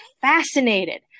fascinated